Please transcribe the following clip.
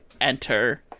enter